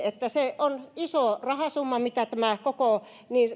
se on iso rahasumma mitä nämä koko